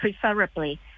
preferably